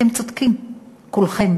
אתם צודקים כולכם.